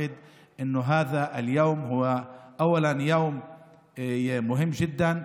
שהיום הזה הוא לפני הכול יום חשוב מאוד.